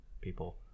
people